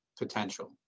potential